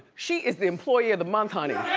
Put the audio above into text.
she is the employee of the month, honey.